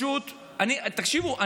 תקשיבו,